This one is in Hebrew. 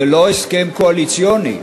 זה לא הסכם קואליציוני.